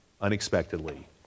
unexpectedly